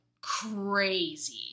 crazy